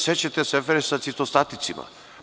Sećate se afere sa citostaticima.